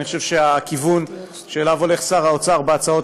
אני חושב שהכיוון שאליו הולך שר האוצר בהצעות